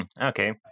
Okay